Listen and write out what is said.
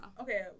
Okay